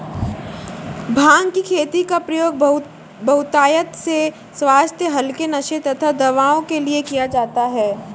भांग की खेती का प्रयोग बहुतायत से स्वास्थ्य हल्के नशे तथा दवाओं के लिए किया जाता है